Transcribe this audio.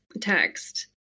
text